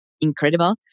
incredible